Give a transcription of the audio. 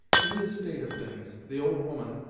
in this state of things, the old woman,